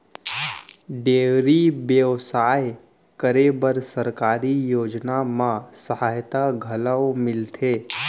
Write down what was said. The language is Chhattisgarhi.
डेयरी बेवसाय करे बर सरकारी योजना म सहायता घलौ मिलथे